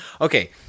Okay